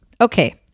Okay